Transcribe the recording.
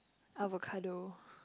avocado